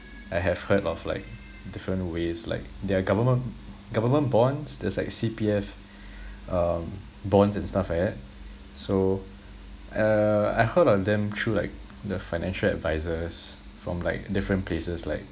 I have heard of like different ways like there are government government bonds there's like C_P_F um bonds and stuff like that so uh I heard of them through like the financial advisors from like different places like